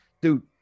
dude